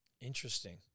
Interesting